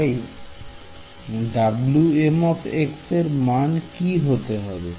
তাই Wm এর মান কি হতে হবে